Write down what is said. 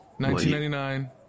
1999